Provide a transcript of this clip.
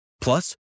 Plus